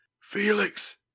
Felix